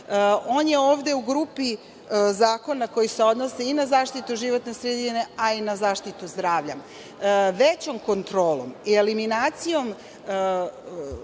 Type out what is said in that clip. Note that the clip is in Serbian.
On je ovde u grupi zakona koji se odnosi i na zaštitu životne sredine a i na zaštitu zdravlja. Većom kontrolom i eliminacijom